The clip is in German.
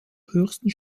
höchsten